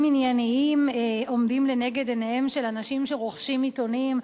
ענייניים עומדים לנגד עיניהם של אנשים שרוכשים עיתונים,